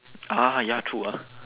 ah ya true ah